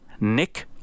Nick